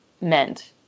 meant